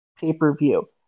pay-per-view